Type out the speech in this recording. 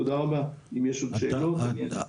תודה רבה, אם יש עוד שאלות אני אענה.